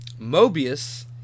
Mobius